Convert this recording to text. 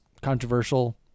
controversial